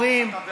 לא,